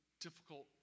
difficult